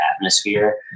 atmosphere